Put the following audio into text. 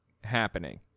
happening